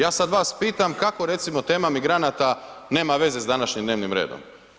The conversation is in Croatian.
Ja sad vas pitam kako recimo tema migranata nema veze s današnjim dnevnim redom?